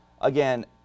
again